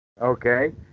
Okay